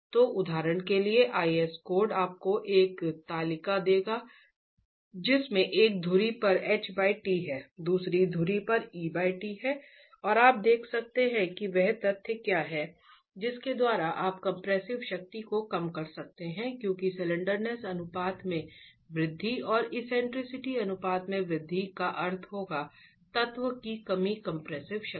तो उदाहरण के लिए आईएस कोड आपको एक तालिका देगा जिसमें एक धुरी पर एचटी है दूसरी धुरी पर ईटी है और आप देखते हैं कि वह तथ्य क्या है जिसके द्वारा आप कंप्रेसिव शक्ति को कम कर सकते हैं क्योंकि स्लैंडरनेस अनुपात में वृद्धि और एक्सेंट्रिसिटी अनुपात में वृद्धि का अर्थ होगा तत्व की कम कंप्रेसिव शक्ति